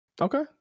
Okay